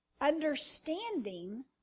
understanding